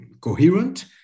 coherent